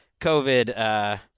COVID